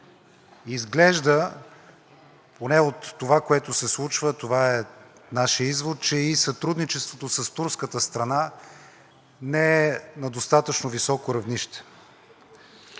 Изглежда, поне от това, което се случва – това е нашият извод, че и сътрудничеството с турската страна не е на достатъчно високо равнище.